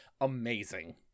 amazing